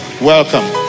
welcome